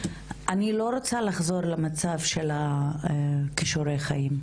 אני לא רוצה לחזור למצב של כישורי החיים.